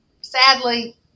sadly